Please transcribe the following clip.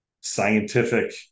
scientific